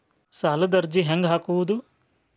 ಸಾಲದ ಅರ್ಜಿ ಹೆಂಗ್ ಹಾಕುವುದು?